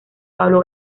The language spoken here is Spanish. pablo